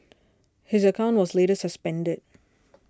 his account was later suspended